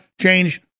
change